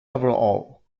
overall